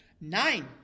nine